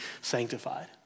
sanctified